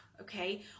okay